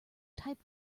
type